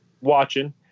watching